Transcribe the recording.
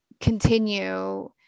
continue